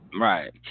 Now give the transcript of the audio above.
right